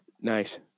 Nice